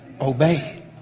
Obey